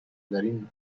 دارین